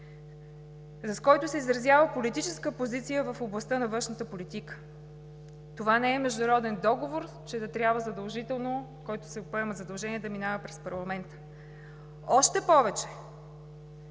с който се изразява политическа позиция в областта на външната политика. Това не е международен договор, с който се поема задължение, за да минава през парламента. Още повече